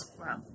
Wow